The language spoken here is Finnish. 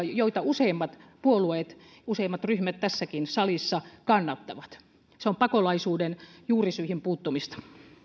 joita useimmat puolueet useimmat ryhmät tässäkin salissa kannattavat se on pakolaisuuden juurisyihin puuttumista